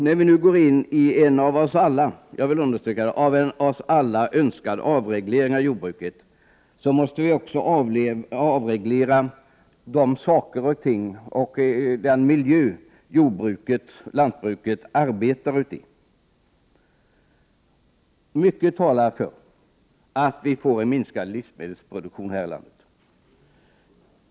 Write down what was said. När vi nu går in i, det vill jag understryka, en av oss alla önskad avreglering av jordbruket, måste vi också avreglera den miljö som lantbruket bedrivs i. Mycket talar för att vi får en minskad livsmedelsproduktion här i landet.